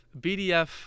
BDF